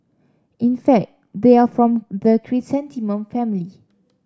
in fact they are from the chrysanthemum family